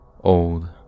old